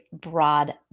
broad